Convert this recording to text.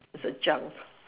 is a junk